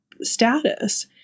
status